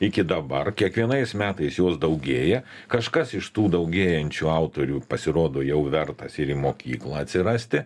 iki dabar kiekvienais metais jos daugėja kažkas iš tų daugėjančių autorių pasirodo jau vertas ir į mokyklą atsirasti